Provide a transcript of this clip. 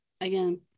again